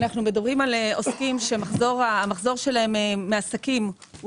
אנחנו מדברים על עוסקים שהמחזור שלהם מעסקים הוא